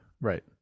Right